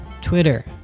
Twitter